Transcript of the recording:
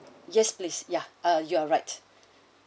yes please ya you are right